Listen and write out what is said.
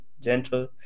gentle